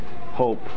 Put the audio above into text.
hope